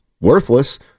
worthless